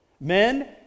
Men